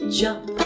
jump